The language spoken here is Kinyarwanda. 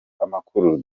amakuru